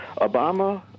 Obama